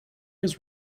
his